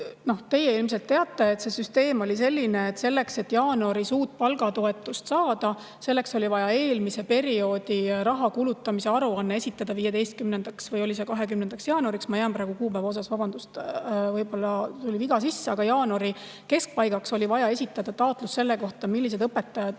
teie ilmselt teate, et see süsteem oli selline, et selleks, et jaanuaris uut palgatoetust saada, oli vaja eelmise perioodi raha kulutamise aruanne esitada 15. või oli see 20. jaanuariks. Praegu kuupäeva osas, vabandust, võib-olla tuli viga sisse, aga jaanuari keskpaigaks oli vaja esitada [andmed] selle kohta, millised õpetajad